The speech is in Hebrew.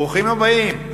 ברוכים הבאים,